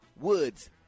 Woods